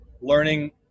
learning